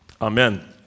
Amen